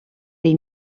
they